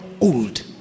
old